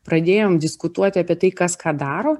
pradėjom diskutuoti apie tai kas ką daro